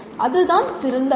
அதுதான் சிறந்த வழி